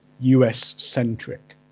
US-centric